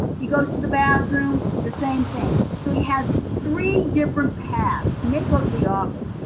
he goes to the bathroom, the same thing. so he has three different paths, may go to the office,